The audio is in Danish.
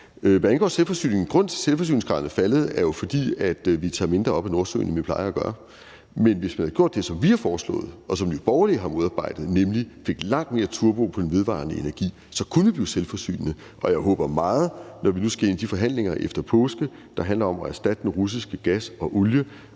Hvad angår selvforsyningen, er grunden til, at selvforsyningsgraden er faldet, at vi tager mindre op af Nordsøen, end vi plejer at gøre. Men hvis man gjorde det, som vi har foreslået, og som Nye Borgerlige har modarbejdet, nemlig at få langt mere turbo på den vedvarende energi, så kunne vi blive selvforsynende. Og jeg håber meget, at når vi nu skal ind til de forhandlinger efter påske, der handler om at erstatte den russiske gas og olie